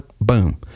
boom